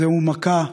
זו מכה.